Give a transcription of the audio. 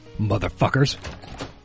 motherfuckers